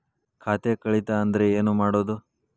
ಖಾತೆ ಕಳಿತ ಅಂದ್ರೆ ಏನು ಮಾಡೋದು?